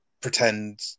pretend